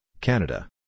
Canada